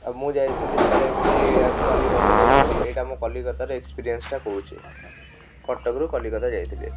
ଆଉ ମୁଁ ଯାଇଥିଲି ଥରେ ଏମିତି କଲିକତା ଯାଇଥିଲି ଏଇଟା ମୋ କଲିକତାର ଏକ୍ସପେରିଏନ୍ସ୍ଟା କହୁଛି କଟକରୁ କଲିକତା ଯାଇଥିଲି